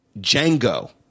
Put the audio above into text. Django